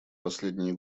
последние